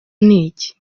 n’iki